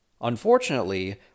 Unfortunately